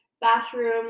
bathroom